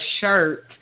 shirt